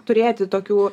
turėti tokių